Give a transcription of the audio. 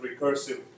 recursive